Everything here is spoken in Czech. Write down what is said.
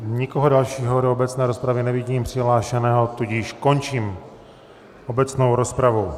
Nikoho dalšího do obecné rozpravy nevidím přihlášeného, tudíž končím obecnou rozpravu.